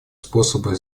способа